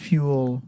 Fuel